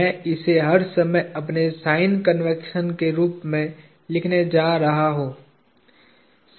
मैं इसे हर समय अपने साइन कन्वेंशन के रूप में लिखने जा रहा हूं